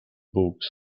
books